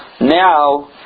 now